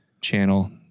channel